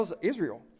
Israel